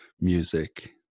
music